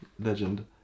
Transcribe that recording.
legend